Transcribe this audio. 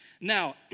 Now